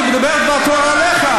אני מדבר דבר תורה אליך,